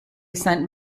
sent